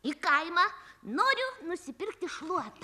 į kaimą noriu nusipirkti šluotą